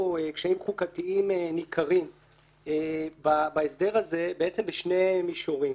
קשיים חוקתיים ניכרים בהסדר הזה בשני מישורים.